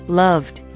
loved